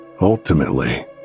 Ultimately